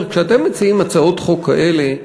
אני אומר, כשאתם מציעים הצעות חוק כאלה,